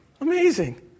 Amazing